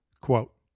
Quote